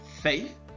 faith